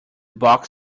box